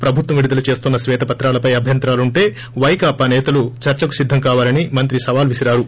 ప్రభుత్వం విడుదల చేస్తోన్న శ్వేతపత్రాలపై అభ్యంతరాలు ఉంటే పైకాపా సేతలు చర్చకు సిద్దం కావాలని మంత్రి సవాల్ విసిరారు